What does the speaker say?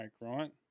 right